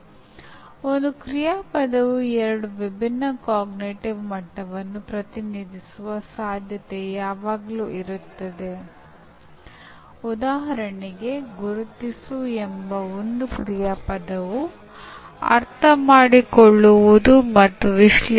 ನರವಿಜ್ಞಾನದ ದೃಷ್ಟಿಕೋಣದಿಂದ ನೋಡುವ ಇನ್ನೊಂದು ವಿಧಾನವು ಕಲಿಕೆ ಮೆದುಳಿನಲ್ಲಿ ಹೊಸ ಮಾದರಿಗಳನ್ನು ಅಥವಾ ಸಂಘಟನೆಯನ್ನು ಹೇರುತ್ತದೆ ಮತ್ತು ನರ ಕೋಶಗಳ ಚಟುವಟಿಕೆಯ ಎಲೆಕ್ಟ್ರೋಫಿಸಿಯೋಲಾಜಿಕಲ್ ರೆಕಾರ್ಡಿಂಗ್ಗಳಿಂದ ಈ ವಿದ್ಯಮಾನವನ್ನು ದೃಢಪಡಿಸಲಾಗಿದೆ